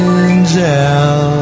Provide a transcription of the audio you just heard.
angel